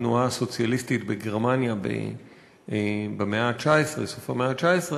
התנועה הסוציאליסטית בגרמניה בסוף המאה ה-19.